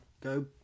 go